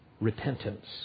repentance